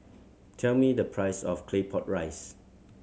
tell me the price of Claypot Rice